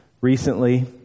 recently